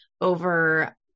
over